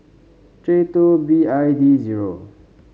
J two B I D zero